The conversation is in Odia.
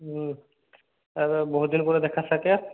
ହୁଁ ଆରେ ବହୁତ ଦିନ୍ ପରେ ଦେଖା ସାକ୍ଷାତ୍